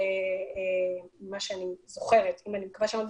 שגם הייתה בו מורכבות גדולה ממה שאני זוכרת אבל